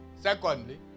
Secondly